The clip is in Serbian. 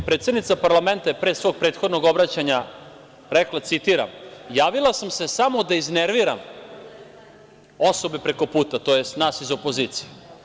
Predsednica parlamenta je pre svog prethodnog obraćanja rekla, citiram: „Javila sam se samo da iznerviram osobe prekoputa“, tj. nas iz opozicije.